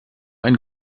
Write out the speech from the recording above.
einen